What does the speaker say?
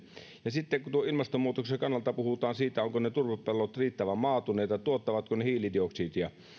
ja sitten kun ilmastonmuutoksen kannalta puhutaan siitä ovatko ne turvepellot riittävän maatuneita ja tuottavatko ne hiilidioksidia niin